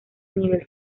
nivel